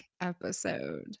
episode